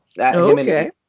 Okay